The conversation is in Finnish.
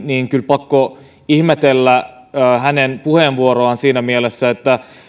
niin kyllä on pakko ihmetellä hänen puheenvuoroaan siinä mielessä että